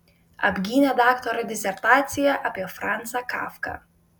apgynė daktaro disertaciją apie franzą kafką